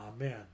amen